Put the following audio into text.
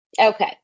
Okay